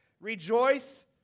Rejoice